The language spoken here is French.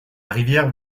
rivière